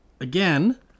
again